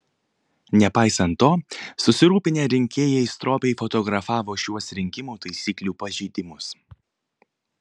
nepaisant to susirūpinę rinkėjai stropiai fotografavo šiuos rinkimų taisyklių pažeidimus